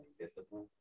discipline